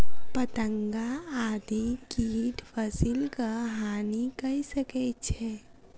पतंगा आदि कीट फसिलक हानि कय सकै छै